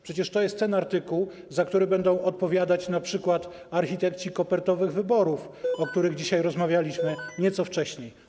Przecież to jest ten artykuł, w przypadku którego będą odpowiadać np. architekci kopertowych wyborów, o których dzisiaj rozmawialiśmy nieco wcześniej.